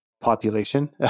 population